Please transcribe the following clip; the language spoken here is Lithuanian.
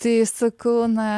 tai sakau na